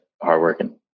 hardworking